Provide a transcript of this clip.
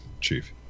Chief